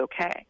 okay